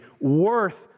worth